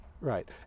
Right